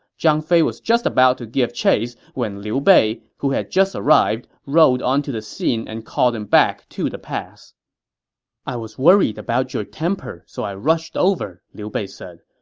zhang fei was just about to give chase when liu bei, who had just arrived, rode onto the scene and called him back to pass i was worried about your temper, so i rushed over, liu bei said.